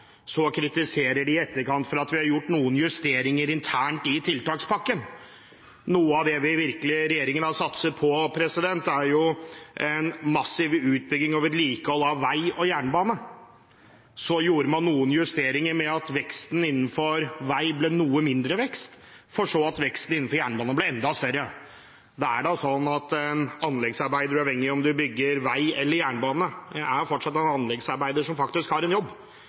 Så gjorde man noen justeringer slik at veksten innenfor vei ble noe mindre, og slik at veksten innenfor jernbane ble enda større. Det er slik at en anleggsarbeider, uavhengig om en bygger vei eller jernbane, fortsatt er en anleggsarbeider som faktisk har en jobb.